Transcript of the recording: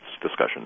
discussion